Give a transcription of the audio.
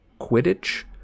Quidditch